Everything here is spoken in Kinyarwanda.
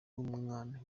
mwana